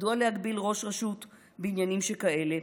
מדוע להגביל את ראש הרשות בעניינים שכאלה?